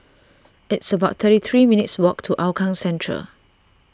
it's about thirty three minutes' walk to Hougang Central